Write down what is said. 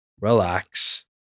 relax